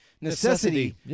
Necessity